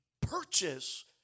purchase